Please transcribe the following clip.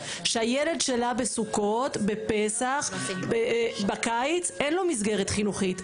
שהילד שלה בסוכות בפסח בקיץ אין לו מסגרת חינוכית,